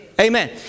Amen